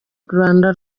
rwanda